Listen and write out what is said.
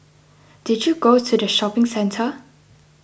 did you go to the shopping centre